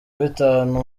bitanu